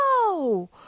no